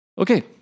Okay